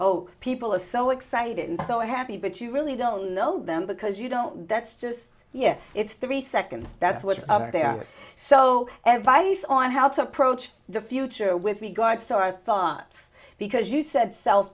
oh people are so it's right and so happy but you really don't know them because you don't that's just yes it's three seconds that's what they are so and vice on how to approach the future with me god so i thought because you said self